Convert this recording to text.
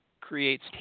creates